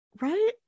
Right